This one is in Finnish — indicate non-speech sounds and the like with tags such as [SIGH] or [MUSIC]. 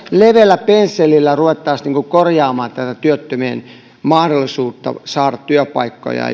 leveällä pensselillä ruvettaisiin korjaamaan tätä työttömien mahdollisuutta saada työpaikkoja [UNINTELLIGIBLE]